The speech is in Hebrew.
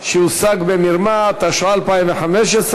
התשע"ה 2015,